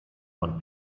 von